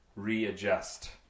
readjust